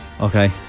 Okay